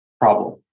problem